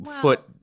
foot